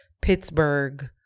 Pittsburgh